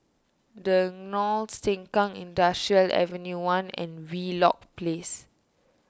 the Knolls Sengkang Industrial Ave one and Wheelock Place